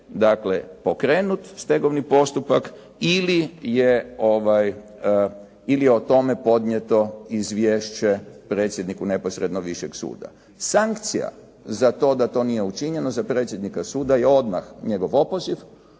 dakle pokrenut stegovni postupak ili je o tome podnijeto izvješće predsjedniku neposredno višeg suda. Sankcija za to da to nije učinjeno za predsjednika suda je odmah njegov opoziv,